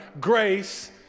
Grace